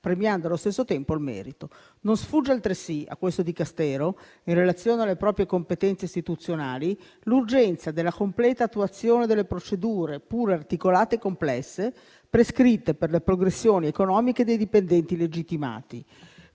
premiando allo stesso tempo il merito. Non sfugge altresì a questo Dicastero, in relazione alle proprie competenze istituzionali, l'urgenza della completa attuazione delle procedure, pure articolate e complesse, prescritte per le progressioni economiche dei dipendenti legittimati.